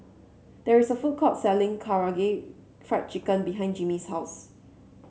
there is a food court selling Karaage Fried Chicken behind Jimmy's house